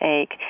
ache